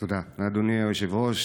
תודה, אדוני היושב-ראש.